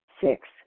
Six